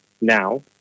now